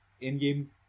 in-game